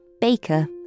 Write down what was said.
baker